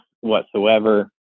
whatsoever